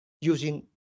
using